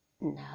No